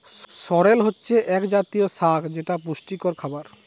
সরেল হচ্ছে এক জাতীয় শাক যেটা পুষ্টিযুক্ত খাবার